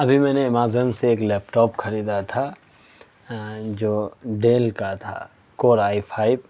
ابھی میں نے امازن سے ایک لیپ ٹاپ خریدا تھا جو ڈیل کا تھا کور آئی فائو